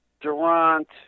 Durant